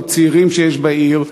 על צעירים שיש בעיר.